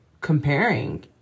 comparing